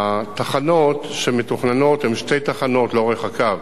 התחנות שמתוכננות הן שתי תחנות לאורך הקו,